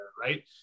right